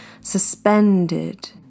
suspended